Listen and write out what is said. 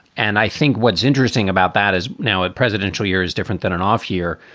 and i think what's interesting about that is now a presidential year is different than an off year.